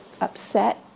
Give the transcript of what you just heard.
upset